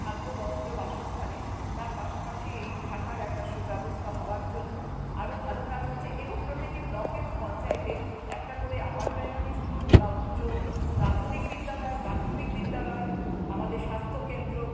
খাদ্য বস্ত্র বাসস্থানের তার পাশাপাশি এই থাকার একটা সুব্যবস্থা হওয়ার জন্য আরও ভালো কাজ হয়েছে এবং প্রতিটি ব্লকে এবং পঞ্চায়েতে একটা করে আপার প্রাইমারি স্কুল বা উচ্চ প্রাথমিক বিদ্যালয় প্রাথমিক বিদ্যালয় আমাদের স্বাস্থ্য কেন্দ্র